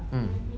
mm